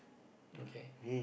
okay